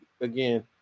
again